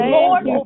Lord